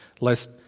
lest